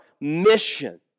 mission